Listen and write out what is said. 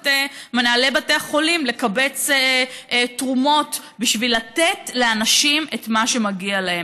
את מנהלי בתי החולים לקבץ תרומות בשביל לתת לאנשים את מה שמגיע להם.